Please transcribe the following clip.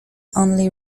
only